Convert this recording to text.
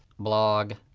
blog,